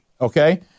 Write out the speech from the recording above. okay